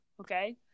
Okay